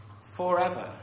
forever